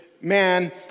man